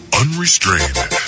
unrestrained